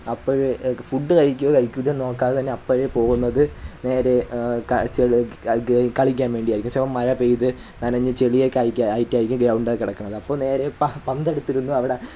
അപ്പോൾ എക്ക് ഫുഡ്ഡു കഴിയ്ക്കോ കഴിയ്ക്കൂലെന്നു നോക്കാൻ തന്നെ അപ്പോഴേ പോകുന്നത് നേരെ കളിച്ചെലഗ്ഗ് ഗേ കളിക്കാൻ വേണ്ടി ആയിരിക്കും ചിലപ്പം മഴ പെയ്തു നനഞ്ഞു ചെളിയൊക്കെ ആയ്ക്കെ ആയിട്ടായിരിക്കും ഗ്രൗണ്ടിൽ കിടക്കണത് അപ്പം നേരെ പ പന്തെടുത്തിരുന്നു അവിടെ